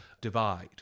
divide